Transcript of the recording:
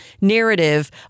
narrative